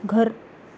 घरु